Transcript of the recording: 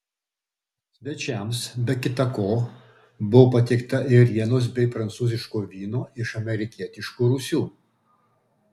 svečiams be kita ko buvo patiekta ėrienos bei prancūziško vyno iš amerikietiškų rūsių